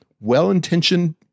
well-intentioned